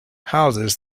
houses